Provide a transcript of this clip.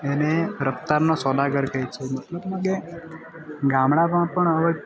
એને રફ્તારનો સોદાગર કહે છે મતલબ કે ગામડામાં પણ હવે